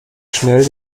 schnell